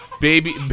baby